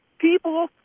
people